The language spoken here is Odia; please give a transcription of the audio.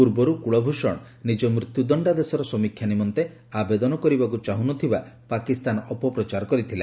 ପୂର୍ବରୁ କୁଳଭୂଷଣ ନିଜ ମୃତ୍ୟୁଦଶ୍ଚାଦେଶର ସମୀକ୍ଷା ନିମନ୍ତେ ଆବେଦନ କରିବାକୁ ଚାହୁଁନଥିବା ପାକିସ୍ତାନ ଅପପ୍ରଚାର କରିଥିଲା